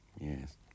Yes